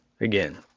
Again